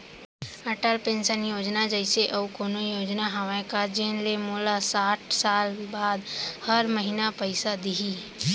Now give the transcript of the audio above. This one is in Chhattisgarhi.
अटल पेंशन योजना जइसे अऊ कोनो योजना हावे का जेन ले मोला साठ साल बाद हर महीना पइसा दिही?